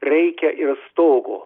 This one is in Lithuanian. reikia ir stogo